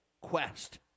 quest